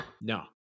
no